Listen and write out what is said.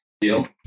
deal